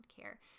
care